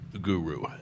guru